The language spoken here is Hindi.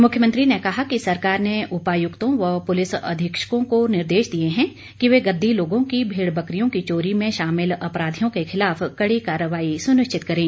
मुख्यमंत्री ने कहा कि सरकार ने उपायुक्तों व पुलिस अधीक्षकों को निर्देश दिए हैं कि वे गद्दी लोगों की भेड़ बकरियों की चोरी में शामिल अपराधियों के खिलाफ कड़ी कार्रवाई सुनिश्चित करें